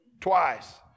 Twice